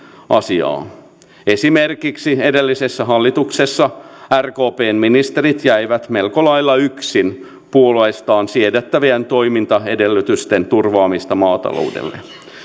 asiaa esimerkiksi edellisessä hallituksessa rkpn ministerit jäivät melko lailla yksin puolustaessaan siedettävien toimintaedellytysten turvaamista maataloudelle